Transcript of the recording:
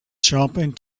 jumping